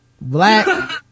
black